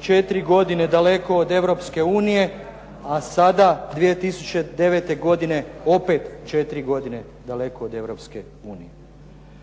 4 godina daleko od Europske unije, a sada 2009. godine opet 4 godine daleko od Europske unije.